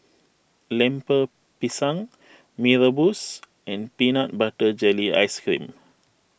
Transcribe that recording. Lemper Pisang Mee Rebus and Peanut Butter Jelly Ice Cream